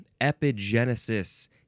epigenesis